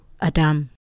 Adam